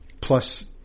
plus